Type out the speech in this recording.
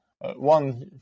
one